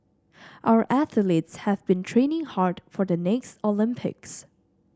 our athletes have been training hard for the next Olympics